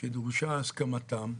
שדרושה הסכמתם,